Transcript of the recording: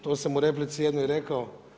To sam u replici jednoj rekao.